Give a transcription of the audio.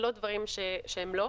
ולא דברים שהם לא.